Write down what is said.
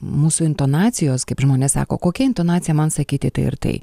mūsų intonacijos kaip žmonės sako kokia intonacija man sakyti tai ar tai